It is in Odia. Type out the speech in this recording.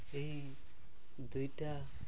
ଏହି ଦୁଇଟା